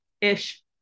ish